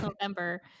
November